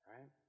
right